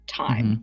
time